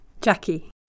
Jackie